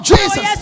Jesus